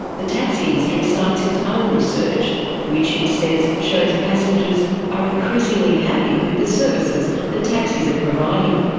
the taxi industry cites its own research which it says shows passengers are increasingly happy with the services the taxis are providing.